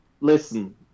listen